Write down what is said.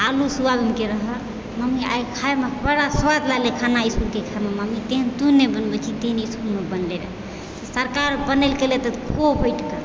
आलू सोयाबीनके रहऽ मम्मी आइ खाइमे बड़ा स्वाद लगलै खाना इसकुलके खाइमे मम्मी तेहेन तू नहि बनबै छी तेहन इसकुलमे बनले रहै सरकार बनेलके तऽ खो बैठके